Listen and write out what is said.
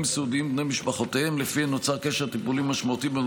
סיעודיים ומבני משפחותיהם שלפיהן נוצר קשר טיפולי משמעותי בין